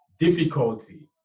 Difficulty